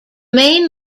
main